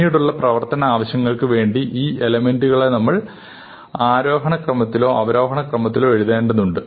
പിന്നീടുള്ള പ്രവർത്തന ആവശ്യങ്ങൾക്കുവേണ്ടി ഈ എലമെൻകളെ നമുക്ക് ആരോഹണക്രമത്തിലോ അവരോഹണക്രമത്തിലോ എഴുതേണ്ടതുണ്ട്